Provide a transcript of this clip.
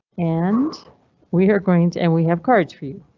and we're going to and we have cards for you,